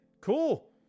cool